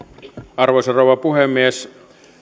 arvoisa rouva puhemies